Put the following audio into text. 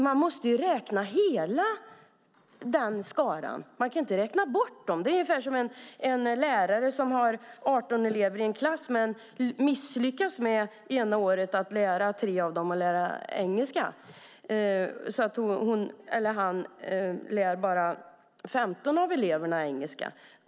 Man måste ju räkna hela den skaran. Man kan inte räkna bort dem. Det är ungefär som en lärare som har 18 elever i en klass men ett år misslyckas med att lära 3 av dem engelska, så att han lär bara 15 av eleverna engelska.